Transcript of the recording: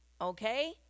okay